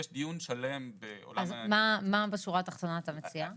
יש דיון שלם בעולם ה --- מה בשורה התחתונה אתה מציע?